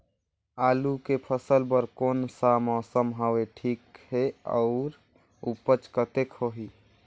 आलू के फसल बर कोन सा मौसम हवे ठीक हे अउर ऊपज कतेक होही?